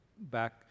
back